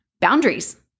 boundaries